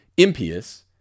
impious